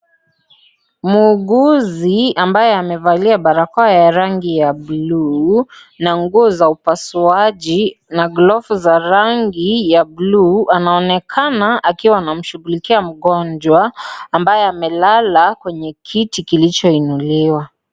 Muuguzi ambaye amevalia barakoa ya rangi ya bluu na nguo za upasuaji na glovu za rangi ya bluu anaonekana akiwa anamshughulikia mgonjwa ambaye amelala kwenye kiti kilichoinuliwa .